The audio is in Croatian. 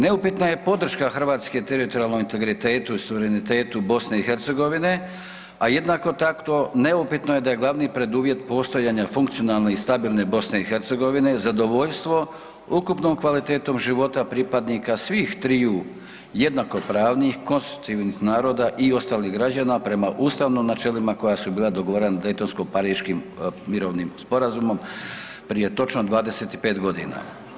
Neupitna je podrška Hrvatske teritorijalnom integritetu i suverenitetu BiH, a jednako tako neupitno je da je glavni preduvjet postojanja funkcionalne i stabilne BiH zadovoljstvo ukupnom kvalitetom života pripadnika svih triju jednakopravnih konstitutivnih naroda i ostalih građana prema ustavnim načelima koja su bila dogovorena Deytonsko-Pariškim mirovnim sporazumom prije točno 25 godina.